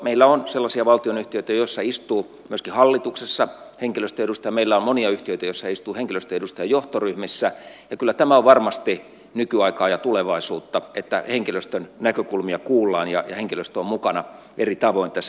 meillä on sellaisia valtionyhtiöitä joissa istuu myöskin hallituksessa henkilöstöedustaja meillä on monia yhtiöitä joissa istuu henkilöstöedustaja johtoryhmissä ja kyllä tämä on varmasti nykyaikaa ja tulevaisuutta että henkilöstön näkökulmia kuullaan ja henkilöstö on mukana eri tavoin tässä